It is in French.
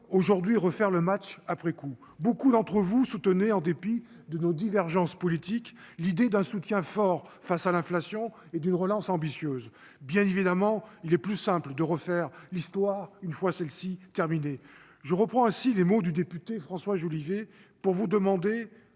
aujourd'hui refaire le match, après coup, beaucoup d'entre vous soutenez en dépit de nos divergences politiques, l'idée d'un soutien fort face à l'inflation et d'une relance ambitieuse, bien évidemment, il est plus simple de refaire l'histoire, une fois celle-ci terminée, je reprends ainsi les mots du député François Jolivet pour vous demander